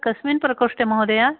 कस्मिन् प्रकोष्ठे महोदय